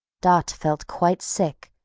dot felt quite sick,